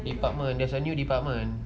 department there's a new department